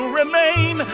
remain